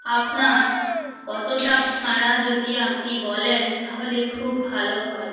আপনার কতটা ভাঁড়া যদি আপনি বলেন তাহলে খুব ভালো হয়